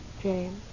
James